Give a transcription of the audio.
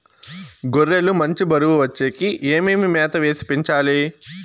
గొర్రె లు మంచి బరువు వచ్చేకి ఏమేమి మేత వేసి పెంచాలి?